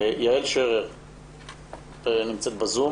יעל שרר נמצאת בזום.